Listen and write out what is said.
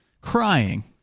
crying